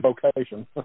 vocation